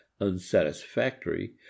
unsatisfactory